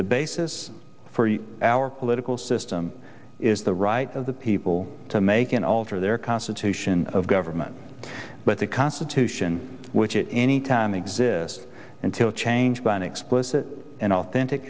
the basis for our political system is the right of the people to make an alter their constitution of government but the constitution which it any time exists until changed by an explicit and authentic